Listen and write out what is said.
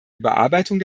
überarbeitung